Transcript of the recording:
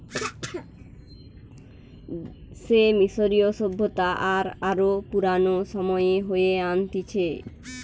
সে মিশরীয় সভ্যতা আর আরো পুরানো সময়ে হয়ে আনতিছে